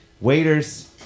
waiters